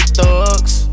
thugs